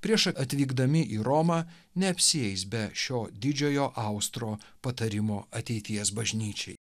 prieš atvykdami į romą neapsieis be šio didžiojo austro patarimo ateities bažnyčiai